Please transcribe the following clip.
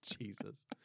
Jesus